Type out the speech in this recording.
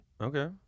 Okay